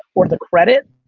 or the credit,